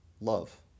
Love